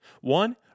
One